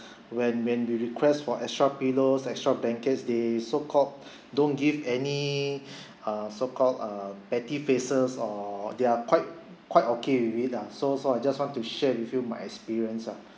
when when we request for extra pillows extra blankets they so called don't give any uh so called a petty faces or they are quite quite okay with it lah so so I just want to share with you my experience ah